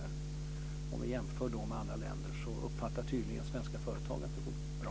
Och om vi jämför med andra länder så uppfattar tydligen svenska företag att det går bra.